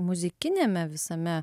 muzikiniame visame